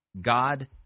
God